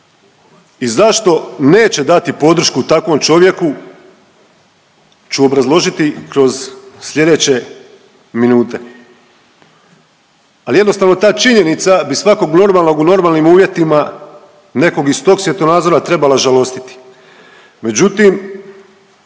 i zašto neće dati podršku takvom čovjeku ću obrazložiti kroz slijedeće minute. Al jednostavno ta činjenica bi svakog normalnog u normalnim uvjetima nekog iz tog svjetonazora trebala žalostiti,